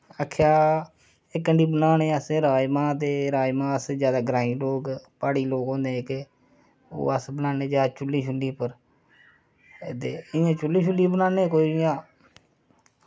आक्खेआ इक्क हांडी बनाने असें राजमां ते राजमां असें ग्रांईं लोग प्हाड़ी लोग होन जेह्के ओह् अस बनाने जादै चु'ल्ली पर इं'या चु'ल्ली पर बनान्ने कोई इया